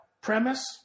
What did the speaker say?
premise